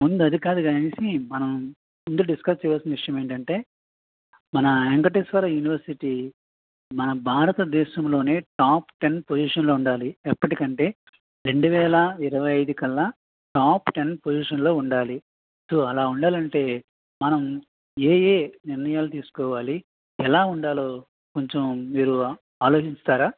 ముందు అది కాదు కానీ మనం ముందు డిస్కస్ చేయాల్సిన విషయం ఏంటంటే మన వేంకటేశ్వర యూనివర్సిటీ మన భారత దేశంలోనే టాప్ టెన్ పొజిషన్లో ఉండాలి ఎప్పటికంటే రెండువేల ఇరవై ఐదుకి అలా టాప్ టెన్ పొజిషన్లో ఉండాలి సో అలా ఉండాలంటే మనం ఏ ఏ నిర్ణయాలు తీసుకోవాలి ఎలా ఉండాలో కొంచెం మీరు ఆలోచించుతారా